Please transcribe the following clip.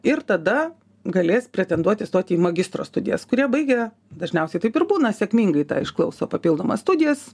ir tada galės pretenduoti stoti į magistro studijas kurie baigę dažniausiai taip ir būna sėkmingai tą išklauso papildomas studijas